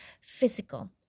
physical